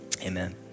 Amen